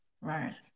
Right